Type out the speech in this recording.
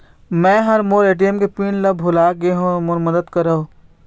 मै ह मोर ए.टी.एम के पिन ला भुला गे हों मोर मदद करौ